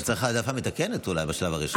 אבל אולי צריך העדפה מתקנת בשלב הראשון.